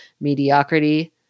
mediocrity